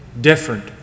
different